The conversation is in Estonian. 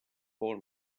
pool